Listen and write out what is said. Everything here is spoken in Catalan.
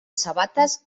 sabates